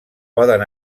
poden